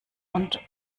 und